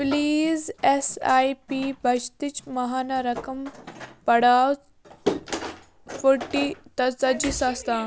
please S I P بچتٕچ ماہانہٕ رقم پڑاو فورٹی ژتجی ساس تام